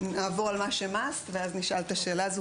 נעבור על מה ש-must ואז נשאל את השאלה הזאת